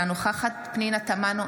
אינה נוכחת פנינה תמנו,